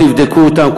תבדקו אותם,